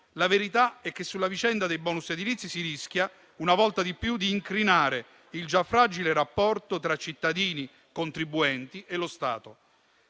La verità è che sulla vicenda dei *bonus* edilizi si rischia, una volta di più, di incrinare il già fragile rapporto tra cittadini contribuenti e lo Stato.